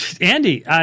Andy